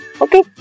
Okay